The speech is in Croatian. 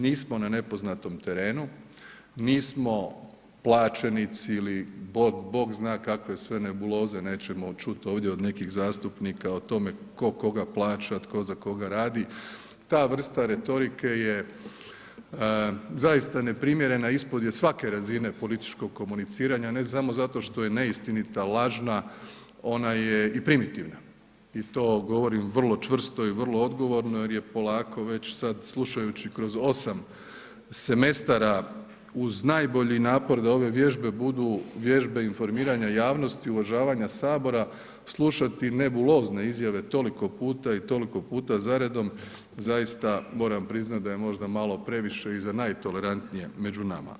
Nismo na nepoznatom terenu, nismo plaćenici ili Bog zna kakve sve nebuloze nećemo čuti ovdje od nekih zastupnika o tome ko koga plaća tko za koga radi, ta vrsta retorika zaista je neprimjerena i ispod je svake razine političkog komuniciranja, ne samo zato što je neistinita, lažna, ona je i primitivna i to govorim vrlo čvrsto i vrlo odgovorno jer je polako već sada slušajući kroz osam semestara uz najbolji napor da ove vježbe budu vježbe informiranja javnosti i uvažavanja Sabora, slušati nebulozne izjave toliko puta i toliko puta za redom, zaista moram priznati da je možda malo previše i za najtolerantnije među nama.